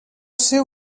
ser